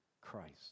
Christ